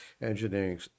engineering